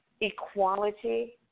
equality